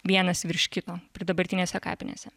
vienas virš kito ir dabartinėse kapinėse